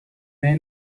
may